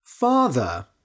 Father